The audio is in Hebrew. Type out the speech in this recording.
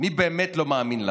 מי באמת לא מאמין לכם: